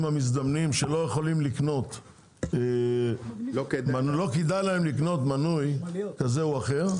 מזדמנים שלא כדאי להם לקנות מנוי כזה או אחר.